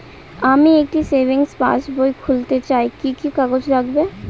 আমি একটি savings passbook খুলতে চাই কি কি কাগজ লাগবে?